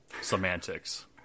Semantics